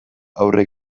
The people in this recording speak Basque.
aurre